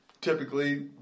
typically